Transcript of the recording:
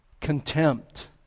contempt